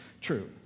true